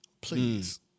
Please